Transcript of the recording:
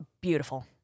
Beautiful